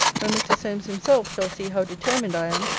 when mr. solmes himself shall see how determined i am,